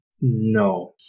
no